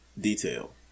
detail